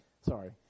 Sorry